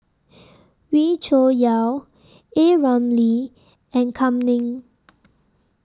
Wee Cho Yaw A Ramli and Kam Ning